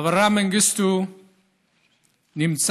אברה מנגיסטו נמצא